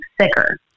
sicker